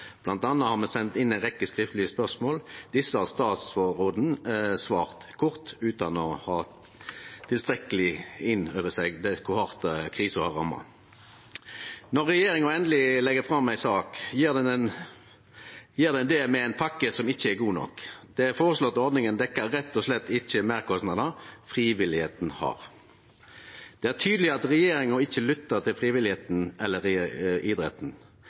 me har bl.a. sendt inn ei rekkje skriftlege spørsmål. Desse har statsråden svart kort på utan å ta tilstrekkeleg inn over seg kor hardt krisa har ramma. Når regjeringa endeleg legg fram ei sak, gjer dei det med ei pakke som ikkje er god nok. Den føreslegne ordninga dekkjer rett og slett ikkje meirkostnadene som frivilligheita har. Det er tydeleg at regjeringa ikkje lyttar til frivilligheita eller idretten.